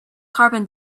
carbon